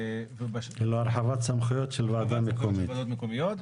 הרחבת סמכויות של ועדות מקומיות,